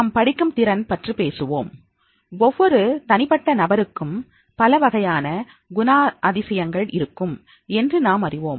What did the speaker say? நாம் படிக்கும் திறன் பற்றிப் பேசுவோம் ஒவ்வொரு தனிப்பட்ட நபருக்கும் பலவகையான குணாதிசயங்கள் இருக்கும் என்று நாம் அறிவோம்